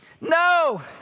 No